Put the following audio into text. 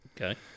Okay